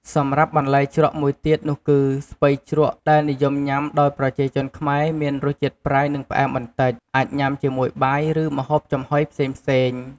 សម្រាប់បន្លែជ្រក់មួយទៀតនោះគឺ ស្ពៃជ្រក់ដែលនិយមញុំាដោយប្រជាជនខ្មែរមានរសជាតិប្រៃនិងផ្អែមបន្តិច អាចញាំជាមួយបាយ ឬម្ហូបចំហុយផ្សេងៗ។